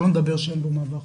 שלא לדבר על כך שאין מעבר חציה.